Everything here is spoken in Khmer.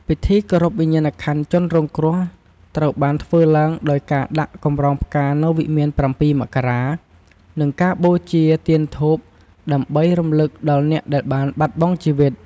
ពិធីគោរពវិញ្ញាណក្ខន្ធជនរងគ្រោះត្រូវបានធ្វើឡើងដោយការដាក់កម្រងផ្កានៅវិមាន៧ មករា និងការបូជាទៀនធូប ដើម្បីរំឭកដល់អ្នកដែលបានបាត់បង់ជីវិត។